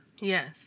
Yes